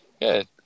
Good